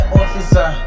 officer